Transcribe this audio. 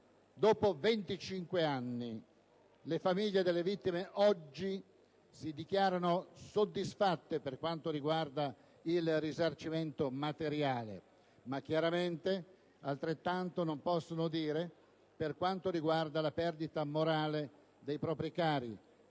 Dopo 25 anni le famiglie delle vittime oggi si dichiarano soddisfatte per quanto riguarda il risarcimento materiale, ma chiaramente altrettanto non possono dire per quanto riguarda la perdita morale dei propri cari.